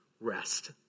rest